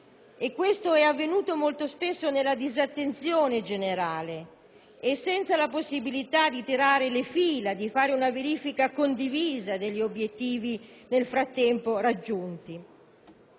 e questo è avvenuto molto spesso nella disattenzione generale e senza la possibilità di tirare le fila, di fare una verifica condivisa degli obiettivi nel frattempo raggiunti.